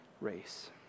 race